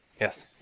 yes